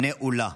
נמנעים.